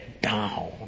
down